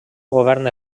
govern